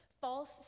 false